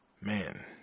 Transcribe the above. man